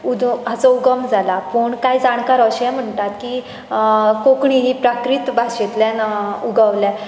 हाचो उगम जाला पूण कांय जाणकार अशेंय म्हणटात की कोंकणी ही प्राकृत भाशेंतल्यान उगवल्या